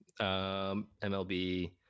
MLB